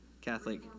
catholic